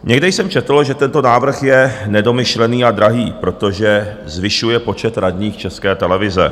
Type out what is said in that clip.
Někde jsem četl, že tento návrh je nedomyšlený a drahý, protože zvyšuje počet radních České televize.